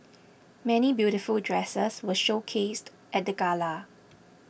many beautiful dresses were showcased at the gala